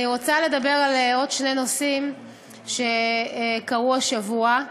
אני רוצה לדבר על עוד שני נושאים שעלו השבוע.